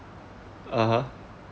(uh huh)